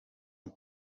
een